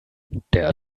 der